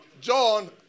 John